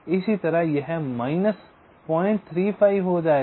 इसी तरह यह 035 हो जाएगा